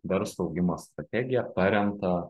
verslo augimo strategiją paremtą